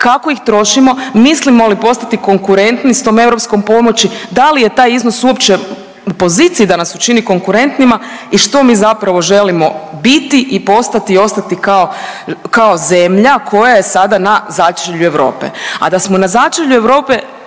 kako ih trošimo, mislimo li postati konkurentni s tom europskom pomoći, da li je taj iznos uopće u poziciji da nas učini konkurentnima i što mi zapravo želimo biti i postati i ostati kao, kao zemlja koja je sada na začelju Europe. A da smo na začelju Europe